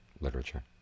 literature